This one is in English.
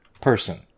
person